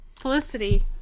Felicity